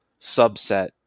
subset